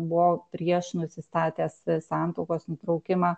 buvo prieš nusistatęs santuokos nutraukimą